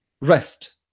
rest